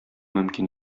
мөмкин